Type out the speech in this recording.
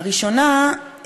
הראשונה,